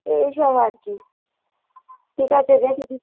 এই সব আর কি ঠিক আছে দেখে দিচ্ছি